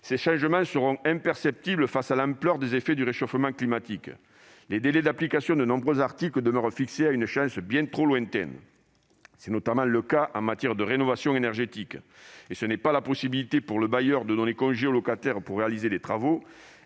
ces changements seront imperceptibles face à l'ampleur des effets du réchauffement climatique. Les délais d'application de nombreux articles demeurent fixés à une échéance bien trop lointaine. C'est notamment le cas en matière de rénovation énergétique. Et ce n'est pas la possibilité pour le bailleur de donner congé au locataire pour réaliser les travaux,